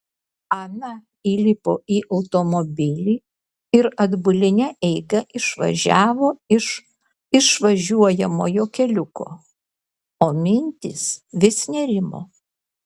ana įlipo į automobilį ir atbuline eiga išvažiavo iš įvažiuojamojo keliuko o mintys vis nerimo